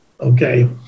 okay